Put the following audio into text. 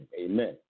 amen